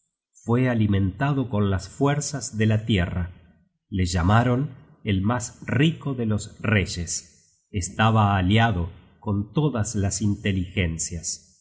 fue alimentado con las fuerzas de la tierra le llamaron el mas rico de los reyes estaba aliado con todas las inteligencias